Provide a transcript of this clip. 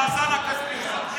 את כל המאזן הכספי של הבחירות.